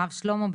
הרבה שלמה,